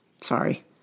sorry